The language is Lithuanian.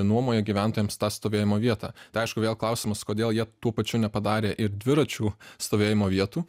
nuomoja gyventojams tą stovėjimo vietą tai aišku vėl klausimas kodėl jie tuo pačiu nepadarė ir dviračių stovėjimo vietų